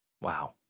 Wow